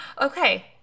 Okay